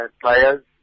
Players